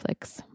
Netflix